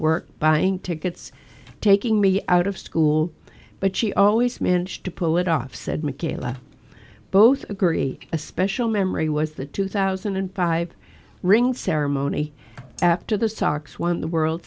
work buying tickets taking me out of school but she always managed to pull it off said mckayla both agree a special memory was the two thousand and five ring ceremony after the sox won the world